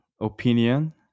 Opinion